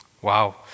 Wow